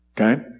Okay